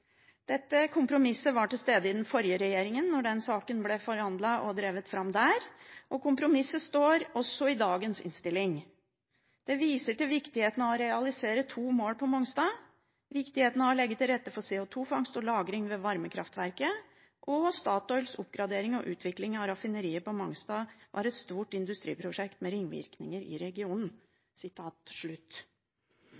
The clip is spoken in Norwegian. Dette kompromisset var til stede i den forrige regjeringen da saken ble forhandlet og drevet fram. Kompromisset står også omtalt i dagens innstilling. Det vises til viktigheten av å realisere to mål på Mongstad: «Viktigheten av å legge til rette for CO2-fangst og -lagring ved kraftvarmeverket og Statoils oppgradering og utvikling av raffineriet på Mongstad var et stort industriprosjekt med ringvirkninger i regionen.»